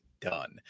done